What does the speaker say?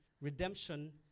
redemption